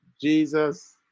jesus